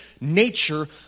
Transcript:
nature